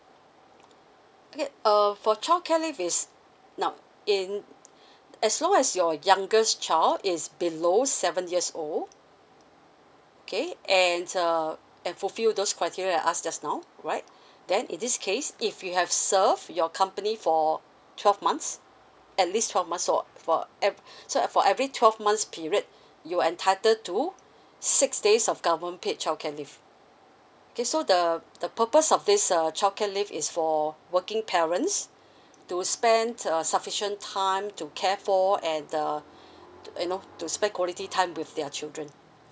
okay uh for childcare leave is now in as long as your youngest child is below seven years old okay and uh and fulfill those criteria I asked just now right then in this case if you have serve your company for twelve months at least twelve months for for ev~ so for every twelve months period you'll entitled to six days of government paid child care leave okay so the the purpose of this uh child care leave is for working parents to spend uh sufficient time to care for and uh you know to spend quality time with their children